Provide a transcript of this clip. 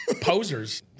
Posers